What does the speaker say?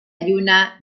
lluna